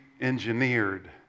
engineered